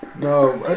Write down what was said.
No